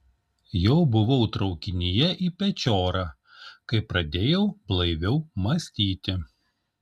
jau buvau traukinyje į pečiorą kai pradėjau blaiviau mąstyti